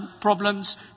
problems